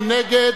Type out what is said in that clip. מי נגד?